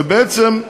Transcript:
ובעצם,